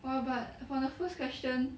!wah! but for the first question